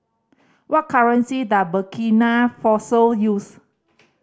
what currency does Burkina Faso use